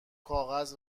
کاغذ